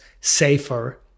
safer